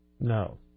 no